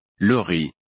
Laurie